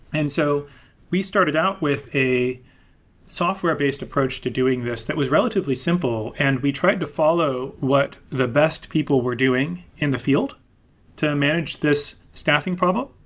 and so we started out with a software-based approach to doing this that was relatively simple and we tried to follow what the best people were doing in the field to match this staffing problem.